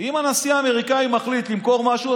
אם הנשיא האמריקאי מחליט למכור משהו,